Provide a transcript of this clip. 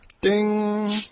Ding